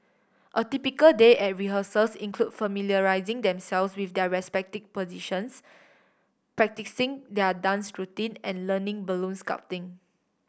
a typical day at rehearsals include familiarising themselves with their respective positions practising their dance routine and learning balloon sculpting